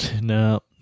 No